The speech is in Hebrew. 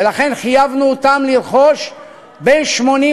ולכן חייבנו אותן לרכוש בסכום של בין